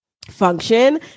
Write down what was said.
Function